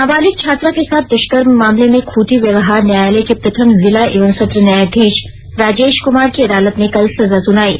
नाबालिग छात्रा के साथ द्ष्कर्म मामले में खूंटी व्यवहार न्यायालय के प्रथम जिला एवं सत्र न्यायाधीश राजेश कुमार की अदालत ने कल सजा सुनायी